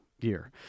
year